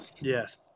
Yes